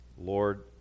Lord